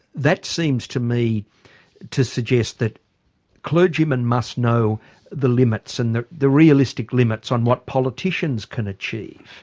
that seems to me to suggest that clergymen must know the limits, and the the realistic limits on what politicians can achieve.